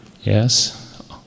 yes